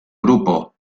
grupo